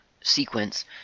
sequence